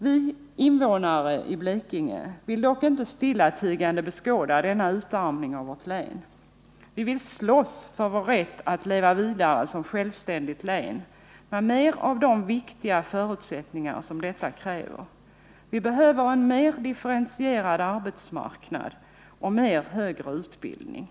Vi invånare i Blekinge vill dock inte stillatigande beskåda denna utarmning av vårt län. Vi vill slåss för vår rätt att leva vidare som självständigt län med mer av de viktiga förutsättningar som detta kräver. Vi behöver en mer differentierad arbetsmarknad och mer högre utbildning.